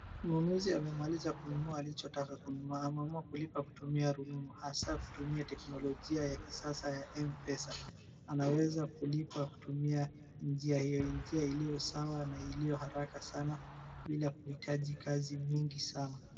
Mnunuzi amemaliza kununua alichotaka kununua. Ameamua kulipa kutumia rununu, hasa kutumia teknolojia ya kisasa ya M-pesa. Anaweza kulipa kutumia njia hiyo, njia iliyo sawa na iliyo haraka sana bila kuhitaji kazi mingi sana.